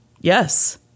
yes